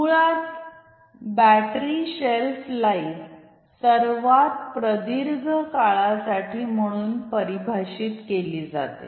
मुळात battery shelf life बद्दल सर्वात प्रदीर्घ काळासाठी म्हणून परिभाषित केली जाते